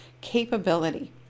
capability